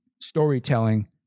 storytelling